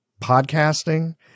podcasting